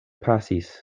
pasis